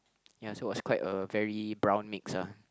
ya so was quite a very brown mix ah